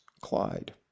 Clyde